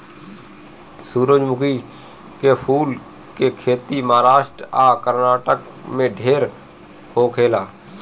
सूरजमुखी के फूल के खेती महाराष्ट्र आ कर्नाटक में ढेर होखेला